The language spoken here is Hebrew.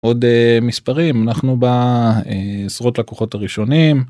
עוד מספרים אנחנו בעשרות לקוחות הראשונים.